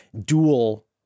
dual